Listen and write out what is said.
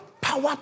power